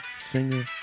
singer